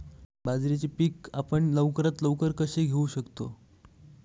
बाजरीचे पीक आपण लवकरात लवकर कसे घेऊ शकतो?